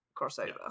crossover